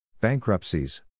Bankruptcies